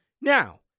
Now